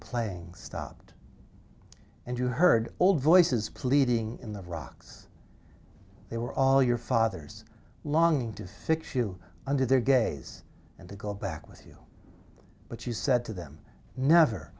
playing stopped and you heard old voices pleading in the rocks they were all your father's longing to fix you under their gaze and to go back with you but you said to them never